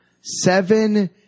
Seven